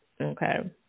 Okay